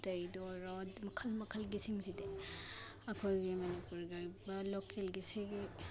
ꯀꯔꯤꯗ ꯑꯣꯏꯔꯣ ꯃꯈꯜ ꯃꯈꯜꯒꯤꯁꯤꯡꯁꯤꯗꯤ ꯑꯩꯈꯣꯏꯒꯤ ꯃꯅꯤꯄꯨꯔꯒꯤ ꯑꯣꯏꯕ ꯂꯣꯀꯦꯜꯒꯤ ꯁꯤꯒꯤ